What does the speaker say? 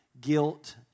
guilt